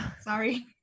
Sorry